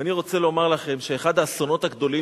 ואני רוצה לומר לכם שאחד האסונות הגדולים